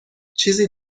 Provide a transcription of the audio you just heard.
چیزی